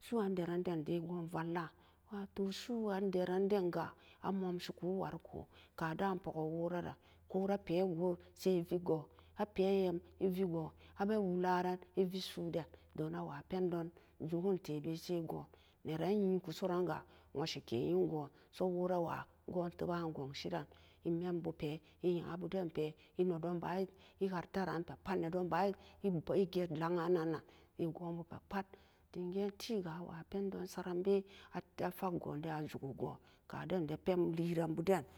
su'u andaran, den gun valla wa too su'uandaran dan ga a momsi ku wariko ka dan poki woraran wora pee gu a veegon a pee yem a vee gon a pee wolaren a vee su'u den dem a wa pendon juken te bee sai gun naran yee ku so an ga wara se ke yen gun, so worawa gan teban ghonsi ran e mii'an bu pee e nya bu den pee e nedon ban e attaran ga pat e nedon ban e jet laa'an nan nan e gon bu pee pat dem ga'an tee ga'a wa'a pen saren bee a fak goo dee a juki gu'n ga den pen liri buden